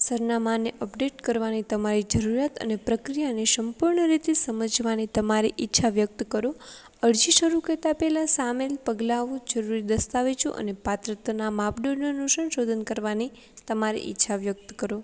સરનામાને અપડેટ કરવાની તમારી જરૂરિયાત અને પ્રક્રિયાને સંપૂર્ણ રીતે સમજવાની તમારી ઈચ્છા વ્યક્ત કરો અરજી શરૂ કરતાં પહેલાં સામેલ પગલાઓ જરૂરી દસ્તાવેજો અને પાત્રના માપદંડનું અનુશોધન કરવાની તમારી ઈચ્છા વ્યક્ત કરો